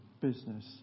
business